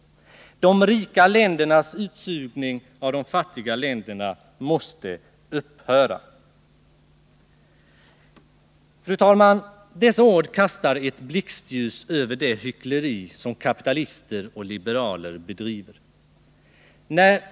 De rika ländernas utsugning av de fattiga länderna måste upphöra.” Dessa ord kastar ett blixtljus över det hyckleri som kapitalister och liberaler bedriver.